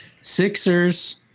Sixers